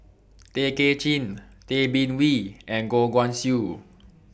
Tay Kay Chin Tay Bin Wee and Goh Guan Siew